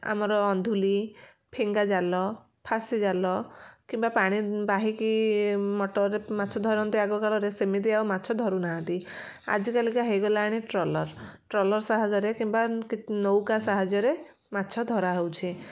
ଆମର ଅନ୍ଧୁଲି ଫିଙ୍ଗା ଜାଲ ଫାଶୀ ଜାଲ କିମ୍ବା ପାଣି ବାହିକି ମଟରରେ ମାଛ ଧରନ୍ତେ ଆଗକାଳରେ ସେମିତି ଆଉ ମାଛ ଧରୁନାହାଁନ୍ତି ଆଜିକାଲିକା ହେଇଗଲାଣି ଟ୍ରଲର ଟ୍ରଲର ସାହାଯ୍ୟରେ କିମ୍ବା ନୌକା ସାହାଯ୍ୟରେ ମାଛ ଧରାହଉଛି